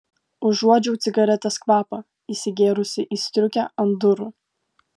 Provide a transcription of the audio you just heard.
užuodžiau cigaretės kvapą įsigėrusį į striukę ant durų